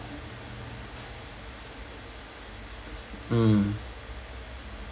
mm